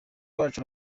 wacu